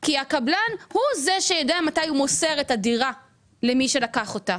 כי הקבלן הוא זה שיודע מתי הוא מוסר את הדירה למי שלקח אותה.